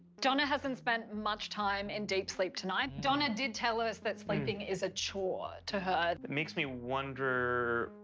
donna hasn't spent much time in deep sleep, tonight. donna did tell us that sleeping is a chore to her. it makes me wonder.